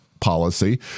policy